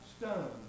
stone